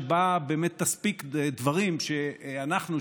שבה באמת תספיק דברים שאנחנו,